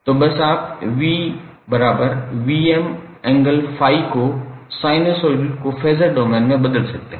तो बस आप 𝑽𝑉𝑚∠∅ को साइनसॉइड को फेज़र डोमेन में बदल सकते हैं